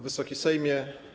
Wysoki Sejmie!